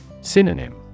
Synonym